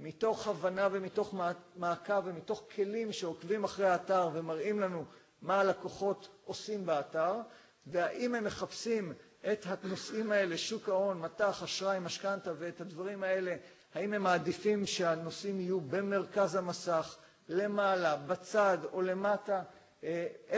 מתוך הבנה ומתוך מעקב ומתוך כלים שעוקבים אחרי האתר ומראים לנו מה לקוחות עושים באתר והאם הם מחפשים את הנושאים האלה, שוק ההון, מטח, אשראי, משכתנא ואת הדברים האלה האם הם מעדיפים שהנושאים יהיו במרכז המסך, למעלה, בצד או למטה... איפה